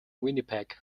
winnipeg